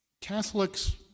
Catholics